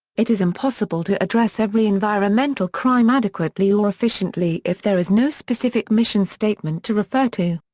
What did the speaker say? it is impossible to address every environmental crime adequately or efficiently if there is no specific mission statement to refer to.